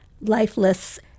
lifeless